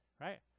right